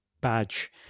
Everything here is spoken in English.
badge